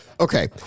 okay